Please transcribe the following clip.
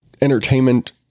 entertainment